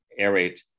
aerate